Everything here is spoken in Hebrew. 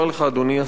אדוני השר,